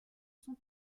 son